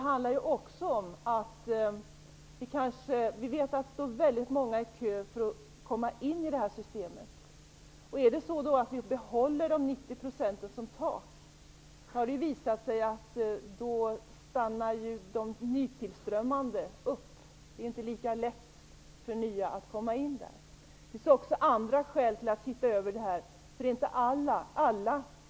Vi vet att det står väldigt många i kö för att få komma in i detta system. Om vi behåller 90 % som tak har det visat sig att de nytillströmmande stannas upp. Det blir inte lika lätt för nya att komma in. Det finns också andra skäl för att titta över detta.